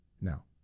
now